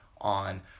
on